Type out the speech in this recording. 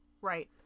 Right